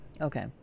okay